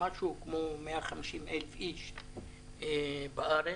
מדובר בכ-150,000 עובדים ברחבי הארץ.